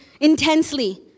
intensely